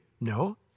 No